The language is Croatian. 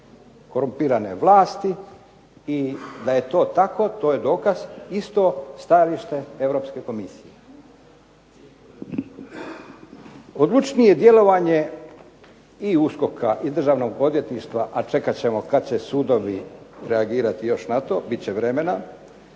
korumpirane vlasti. I da je to tako to je dokaz isto stajalište Europske komisije. Odlučnije djelovanje i USKOK-a i Državnog odvjetništva, a čekat ćemo kad će sudovi reagirati još na to, bit će vremena